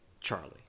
Charlie